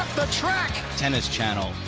the track. tennis channel.